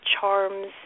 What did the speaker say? charms